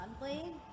monthly